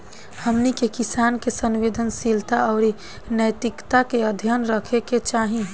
हमनी के किसान के संवेदनशीलता आउर नैतिकता के ध्यान रखे के चाही